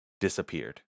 disappeared